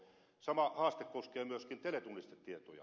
sama haaste koskee myöskin teletunnistetietoja